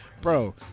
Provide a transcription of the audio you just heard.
Bro